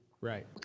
Right